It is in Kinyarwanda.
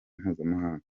mpuzamahanga